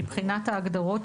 מבחינת ההגדרות,